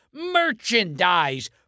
merchandise